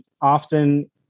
often